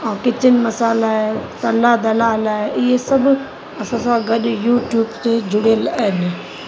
ऐं किचन मसाल्हा आहे तरला दलाल लाहे बि असां सां गॾु यूट्यूब ते जुड़ियल आहिनि